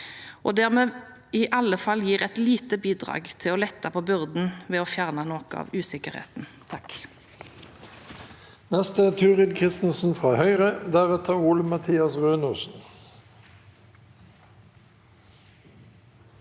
og der vi i alle fall gir et lite bidrag til å lette på byrden ved å fjerne noe av usikkerheten. Turid